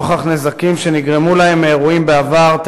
נוכח נזקים שנגרמו להם מאירועים בעבר,